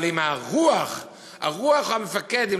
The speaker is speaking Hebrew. אבל אם רוח המפקד,